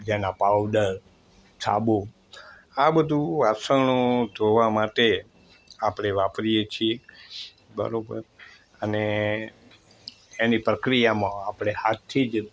જેના પાઉડર સાબુ આ બધું વાસણો ધોવા માટે આપણે વાપરીએ છીએ બરાબર અને એની પ્રક્રિયામાં આપણે હાથથી જ